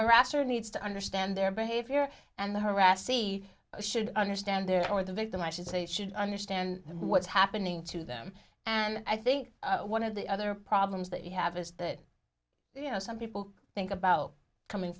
harasser needs to understand their behavior and the harassed see should understand they're only the victim i should say should understand what's happening to them and i think one of the other problems that you have is that you know some people think about coming